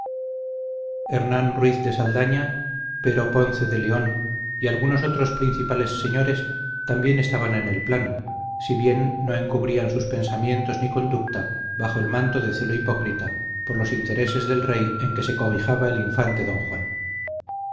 hernán ruiz de saldaña pero ponce de león y algunos otros principales señores también estaban en el plan si bien no encubrían sus pensamientos ni conducta bajo el manto de celo hipócrita por los intereses del rey en que se cobijaba el infante don juan